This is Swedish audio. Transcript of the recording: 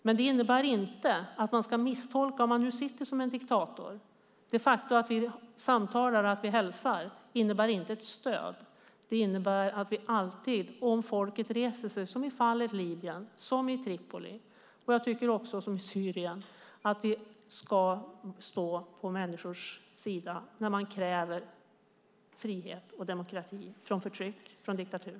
Men det faktum att vi samtalar med och hälsar på diktatorer innebär inte ett stöd för dem, utan det innebär att vi alltid, om folket reser sig, som i fallet med Tripoli i Libyen och i fallet med Syrien, ska stå på människors sida när de kräver demokrati och frihet från förtryck och diktatur.